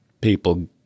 people